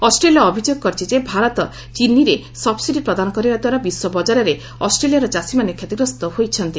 Australia ଅଭିଯୋଗ କରିଛି ଯେ ଭାରତ ଚିନିରେ ସବ୍ସିଡି ପ୍ରଦାନ କରିବା ଦ୍ୱାରା ବିଶ୍ୱ ବଜାରରେ ଅଷ୍ଟ୍ରେଲିଆର ଚାଷୀମାନେ କ୍ଷତିଗ୍ରସ୍ତ ହୋଇଛନ୍ତି